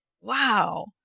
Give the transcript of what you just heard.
Wow